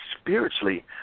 spiritually